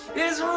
is